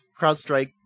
CrowdStrike